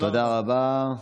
תודה רבה.